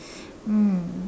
um